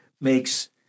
makes